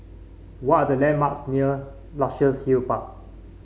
what are the landmarks near Luxus Hill Park